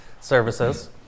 services